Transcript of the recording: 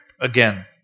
Again